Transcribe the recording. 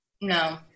No